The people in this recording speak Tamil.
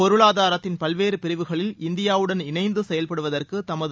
பொருளாதாரத்தின் பல்வேறு பிரிவுகளில் இந்தியாவுடன் இணைந்து செயல்படுவதற்கு தமது